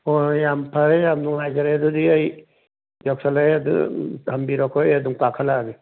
ꯍꯣ ꯍꯣꯏ ꯌꯥꯝ ꯐꯔꯦ ꯌꯥꯝ ꯅꯨꯡꯉꯥꯏꯖꯔꯦ ꯑꯗꯨꯗꯤ ꯑꯩ ꯌꯧꯁꯜꯂꯛꯑꯦ ꯑꯗ ꯊꯝꯕꯤꯔꯣꯀꯣ ꯑꯩ ꯑꯗꯨꯝ ꯀꯥꯈꯠꯂꯛꯑꯒꯦ